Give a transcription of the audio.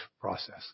process